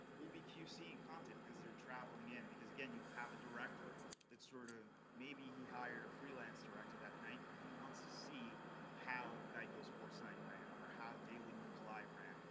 we'll be cue seeing content as they're traveling in. because, again, you'll have a director that sort of maybe he hired a freelance director that night and he wants to see how geico sports night ran and or how daily news live ran.